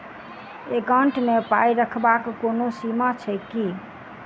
Account मे पाई रखबाक कोनो सीमा छैक की?